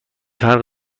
فرق